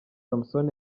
samson